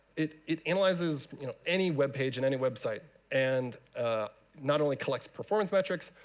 it it analyzes you know any web page and any website, and not only collects performance metrics,